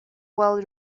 well